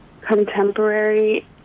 contemporary